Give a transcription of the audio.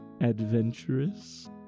adventurous